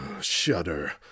Shudder